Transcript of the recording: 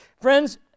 friends